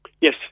Yes